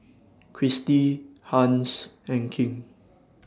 Christi Hans and King